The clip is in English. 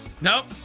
Nope